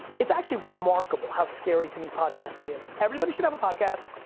it's actually remarkable, how scary to me, podcasting is. everybody should have a podcast,